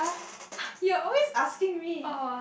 you're always asking me